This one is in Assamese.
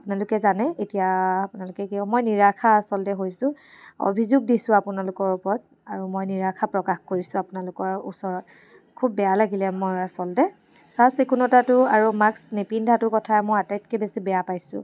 আপোনালোকে জানে এতিয়া আপোনালোকে কিয় মই নিৰাশা আচলতে হৈছোঁ অভিযোগ দিছোঁ আপোনালোকৰ ওপৰত আৰু মই নিৰাশা প্ৰকাশ কৰিছোঁ আপোনালোকৰ ওচৰত খুব বেয়া লাগিলে মোৰ আচলতে চাফ চিকুণতাটো আৰু মাস্ক নিপিন্ধাটো কথা মই আটাইতকৈ বেছি বেয়া পাইছোঁ